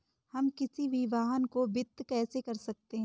हम किसी भी वाहन को वित्त कैसे कर सकते हैं?